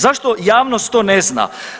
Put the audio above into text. Zašto javnost to ne zna?